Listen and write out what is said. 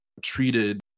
treated